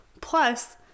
plus